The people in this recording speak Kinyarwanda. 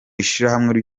ishirahamwe